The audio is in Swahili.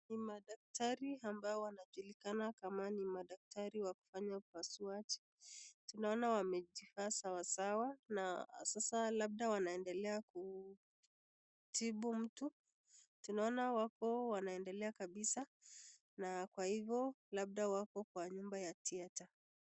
Ni madakatari ambao wanajulikana kama ni madaktari wa kufanya upasuaji tunaona wamejivaa sawasawa na sasa labda wanaendelea kutibu mtu tunaona wako wanaendelea kabisa na kwa hivyo labda wako kwa nyumba ya theatre .